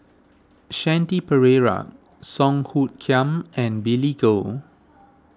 Shanti Pereira Song Hoot Kiam and Billy Koh